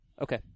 Okay